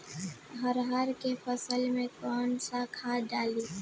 अरहा के फसल में कौन कौनसा खाद डाली?